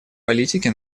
политике